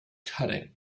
cutting